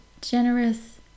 generous